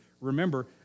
remember